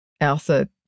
Elsa